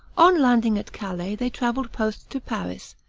on landing at calais, they traveled post to paris,